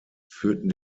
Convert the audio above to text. führten